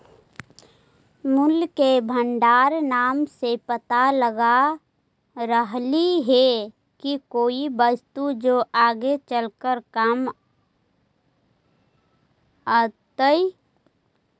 मूल्य के भंडार नाम से पता लग रहलई हे की कोई वस्तु जो आगे चलकर काम अतई